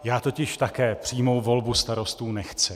Já totiž také přímou volbu starostů nechci.